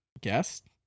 guest